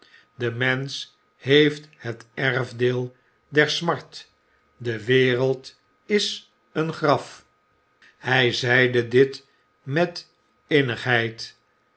de mensch heeft het erfdeel der smart de wereld is een graf hy zeide dit met